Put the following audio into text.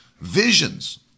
visions